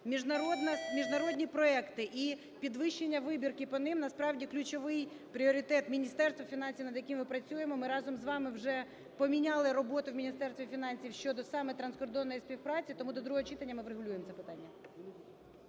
міжнародні проекти і підвищення вибірки по ним, насправді, ключовий пріоритет Міністерства фінансів, над яким ми працюємо. Ми разом з вами вже поміняли роботу в Міністерстві фінансів щодо саме транскордонної співпраці, тому до другого читання ми врегулюємо це питання.